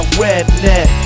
redneck